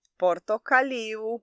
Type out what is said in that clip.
portocaliu